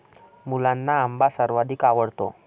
मुलांना आंबा सर्वाधिक आवडतो